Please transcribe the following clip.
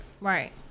Right